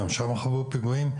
גם שם חוו פיגועים,